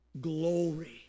glory